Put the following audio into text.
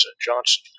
Johnson